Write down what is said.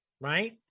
right